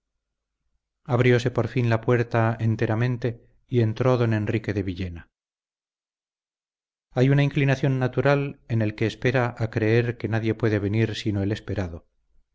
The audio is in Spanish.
abrióse por fin la puerta enteramente y entró don enrique de villena hay una inclinación natural en el que espera a creer que nadie puede venir sino el esperado